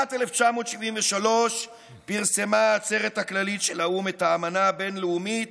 בשנת 1973 פרסמה העצרת הכללית של האו"ם את האמנה הבין-לאומית